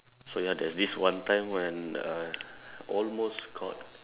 so ya there's this one time when uh almost caught